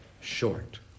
short